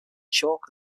chalk